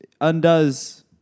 undoes